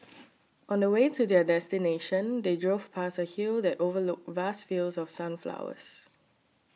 on the way to their destination they drove past a hill that overlooked vast fields of sunflowers